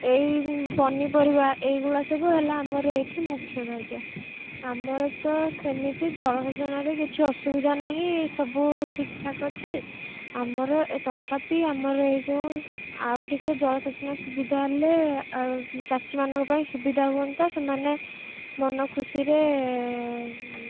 ଏଇ ପନିପରିବା ଏଇଗୁଡ଼ା ସବୁ ହେଲା ଆମର ଏଇଠି ମୁଖ୍ୟ କାର୍ଯ୍ୟ ଆମର ତ ସେମିତି ଜଳସେଚନରେ କିଛି ଅସୁବିଧା ନାହିଁ ସବୁ ଠିକ୍ଠାକ୍ ଅଛି ଆମର ତଥାପି ଆମର ଏଇ ଯେଉଁ ଆଉ ଟିକେ ଜଳସେଚନ ସୁବିଧା ହେଲେ ଆଉ ଚାଷୀମାନଙ୍କ ପାଇଁ ସୁବିଧା ହୁଅନ୍ତା ସେମାନେ ମନ ଖୁସିରେ